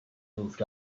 moved